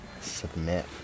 Submit